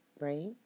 Right